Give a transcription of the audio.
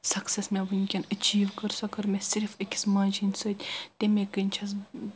success مےٚ وُنٛکٮ۪ن achieve کٔر سۅ کٔر مےٚ صِرف أکِس ماجہِ ہٕنٛدِ سۭتۍ تٔمے کِنۍ چھَس بہٕ